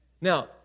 Now